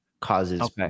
causes